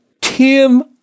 Tim